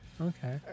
Okay